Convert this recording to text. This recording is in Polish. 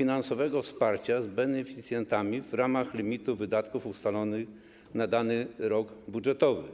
na udzielenie wsparcia finansowego z beneficjentami w ramach limitu wydatków ustalonych na dany rok budżetowy.